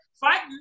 fighting